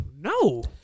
no